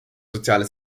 soziale